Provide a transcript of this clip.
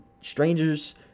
Strangers